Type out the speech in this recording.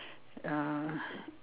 uh